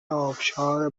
ابشار